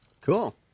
Cool